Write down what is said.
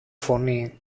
φωνή